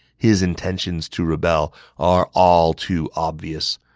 his intentions to rebel are all too obvious.